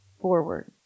forward